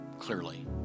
clearly